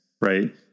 Right